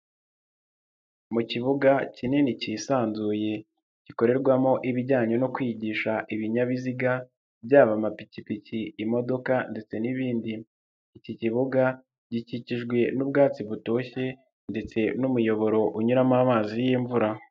Mu kibuga kinini cyisanzuye gikorerwamo ibijyanye no kwigisha ibinyabiziga, byaba amapikipiki, imodoka ndetse n'ibindi. Iki kibuga gikikijwe n'ubwatsi butoshye ndetse n'umuyoboro unyuramo amazi y'imvura.